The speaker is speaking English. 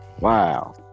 wow